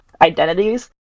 identities